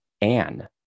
Anne